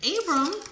Abram